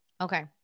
Okay